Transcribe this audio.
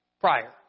prior